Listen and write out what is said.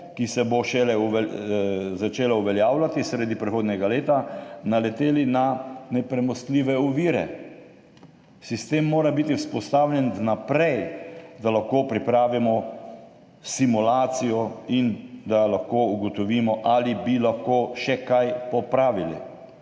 ki se bo šele začela uveljavljati sredi prihodnjega leta, naleteli na nepremostljive ovire. Sistem mora biti vzpostavljen vnaprej, da lahko pripravimo simulacijo in da lahko ugotovimo, ali bi lahko še kaj popravili.